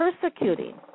persecuting